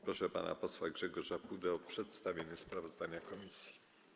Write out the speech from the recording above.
Proszę pana posła Grzegorza Pudę o przedstawienie sprawozdania komisji.